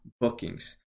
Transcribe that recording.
bookings